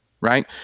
right